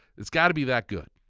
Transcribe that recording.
it's got to be that good.